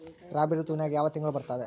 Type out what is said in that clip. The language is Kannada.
ರಾಬಿ ಋತುವಿನ್ಯಾಗ ಯಾವ ತಿಂಗಳು ಬರ್ತಾವೆ?